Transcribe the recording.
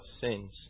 sins